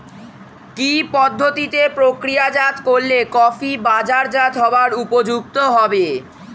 কি পদ্ধতিতে প্রক্রিয়াজাত করলে কফি বাজারজাত হবার উপযুক্ত হবে?